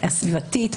הסביבתית,